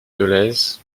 dolez